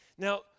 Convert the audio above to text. Now